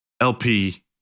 LP